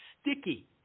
Sticky